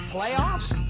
Playoffs